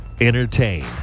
Entertain